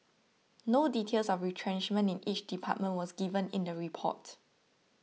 no details of retrenchment in each department was given in the report